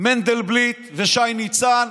מנדלבליט ושי ניצן,